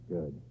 Good